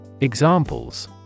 Examples